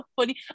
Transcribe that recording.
funny